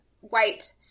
white